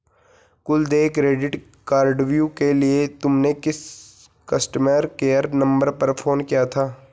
कुल देय क्रेडिट कार्डव्यू के लिए तुमने किस कस्टमर केयर नंबर पर फोन किया था?